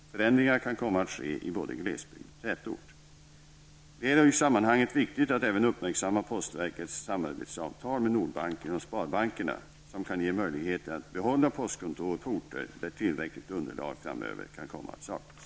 Förändringar kan komma att ske i både glesbygd och tätort. Det är i sammanhanget viktigt att även uppmärksamma postverkets samarbetsavtal med Nordbanken och Sparbankerna, som kan ge möjligheter att behålla postkontor på orter där tillräckligt underlag framöver kan komma att saknas.